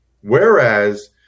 Whereas